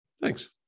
Thanks